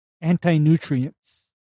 anti-nutrients